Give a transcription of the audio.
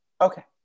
okay